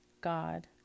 God